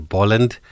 Bolland